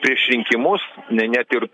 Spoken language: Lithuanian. prieš rinkimus ne net ir